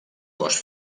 cost